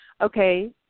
Okay